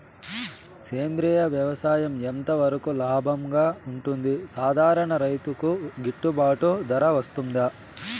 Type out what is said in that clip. సేంద్రియ వ్యవసాయం ఎంత వరకు లాభంగా ఉంటుంది, సాధారణ రైతుకు గిట్టుబాటు ధర వస్తుందా?